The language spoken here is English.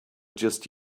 just